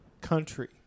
country